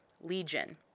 Legion